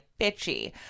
bitchy